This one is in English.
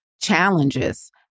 challenges